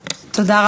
תודה.